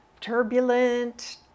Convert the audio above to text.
turbulent